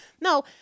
no